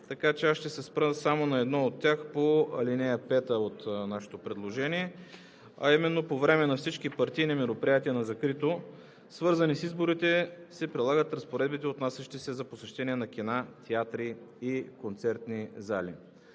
Така че аз ще се спра само на едно от тях – по ал. 5 от нашето предложение, а именно по време на всички партийни мероприятия на закрито, свързани с изборите, се прилагат разпоредбите, отнасящи се за посещение на кина, театри и концертни зали.